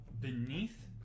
beneath